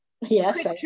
yes